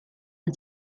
the